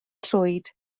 llwyd